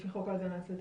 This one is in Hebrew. לפי חוק האזנת סתר?